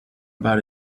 about